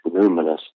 luminous